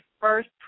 first